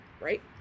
right